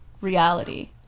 Reality